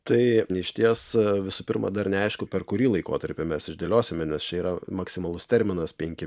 tai išties visu pirma dar neaišku per kurį laikotarpį mes išdėliosime nes čia yra maksimalus terminas penki